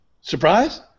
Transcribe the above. Surprise